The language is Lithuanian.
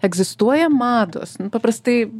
egzistuoja mados paprastai